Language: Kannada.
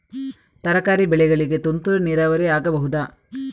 ತರಕಾರಿ ಬೆಳೆಗಳಿಗೆ ತುಂತುರು ನೀರಾವರಿ ಆಗಬಹುದಾ?